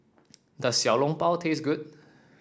does Xiao Long Bao taste good